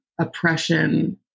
oppression